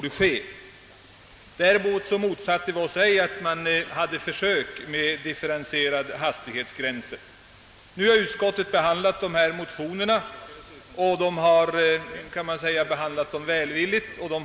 Däremot motsatte vi oss ej försök med differentierad hastighetsbegränsning. Man kan säga att utskottet behandlat motionerna på ett välvilligt sätt och kommit fram till en kompromiss.